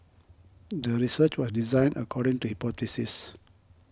the research was designed according to hypothesis